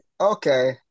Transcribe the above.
Okay